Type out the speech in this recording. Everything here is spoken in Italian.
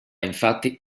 infatti